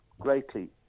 greatly